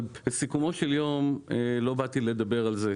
אבל לא באתי לדבר על זה.